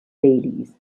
dailies